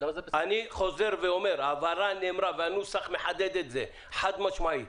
אני חוזר ואומר: ההבהרה נאמרה והנוסח מחדד את זה חד-משמעית.